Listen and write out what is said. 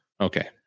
okay